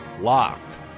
Locked